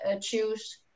choose